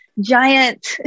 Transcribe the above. giant